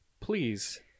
please